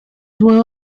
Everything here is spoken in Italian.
due